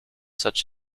such